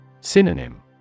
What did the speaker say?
Synonym